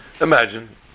Imagine